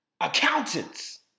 accountants